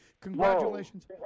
Congratulations